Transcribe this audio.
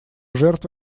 жертв